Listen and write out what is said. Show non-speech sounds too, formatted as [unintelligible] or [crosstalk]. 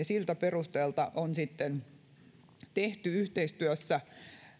[unintelligible] siltä perusteelta on sitten tehty yhteistyössä